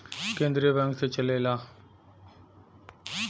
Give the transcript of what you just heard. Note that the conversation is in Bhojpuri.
केन्द्रीय बैंक से चलेला